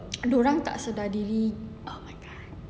dia orang tak sedar diri oh my god